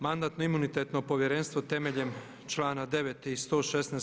Mandatno-imunitetno povjerenstvo temeljem člana 9. i 116.